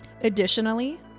Additionally